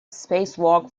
spacewalk